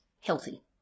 healthy